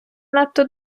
надто